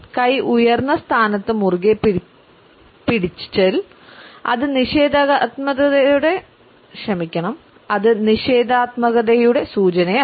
കൈ ഉയർന്ന സ്ഥാനത്ത് മുറുകെപ്പിടിച്ചൽ അത് നിഷേധാത്മകതയുടെ സൂചനയാണ്